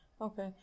Okay